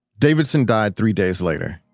davidson died three days later.